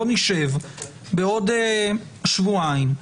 בואו נשב בעוד שבועיים,